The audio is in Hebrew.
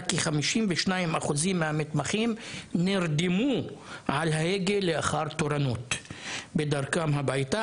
כי 52 אחוזים מהמתמחים נרדמו על ההגה לאחר תורנות בדרכם הביתה.